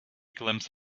glimpse